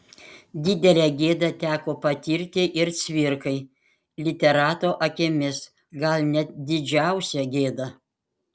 didelę gėdą teko patirti ir cvirkai literato akimis gal net didžiausią gėdą